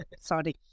sorry